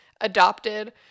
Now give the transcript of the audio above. adopted